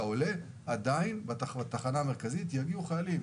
עדיין לתחנה המרכזית יגיעו חיילים,